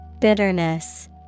Bitterness